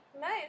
nice